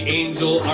angel